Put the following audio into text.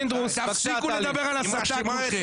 תפסיקו לדבר על הסתה כולכם.